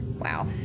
Wow